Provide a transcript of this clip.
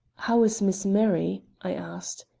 how is miss murray? i asked.